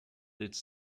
its